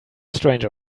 stranger